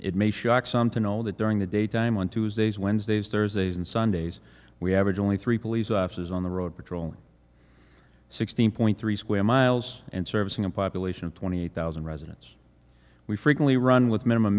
know that during the daytime on tuesdays wednesdays there's asian sundays we average only three police officers on the road patrolling sixteen point three square miles and servicing a population of twenty eight thousand residents we frequently run with minimum